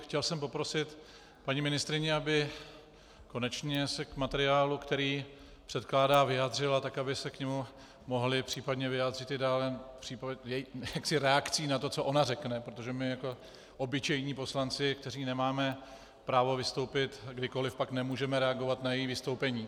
Chtěl jsem poprosit paní ministryni, aby konečně se k materiálu, který předkládá, vyjádřila, tak aby se k němu mohli případně vyjádřit i další reakcí na to, co ona řekne protože my jako obyčejní poslanci, kteří nemáme právo vystoupit kdykoliv, pak nemůžeme reagovat na její vystoupení.